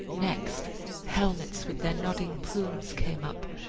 next helmets with their nodding plumes came up,